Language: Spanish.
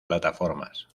plataformas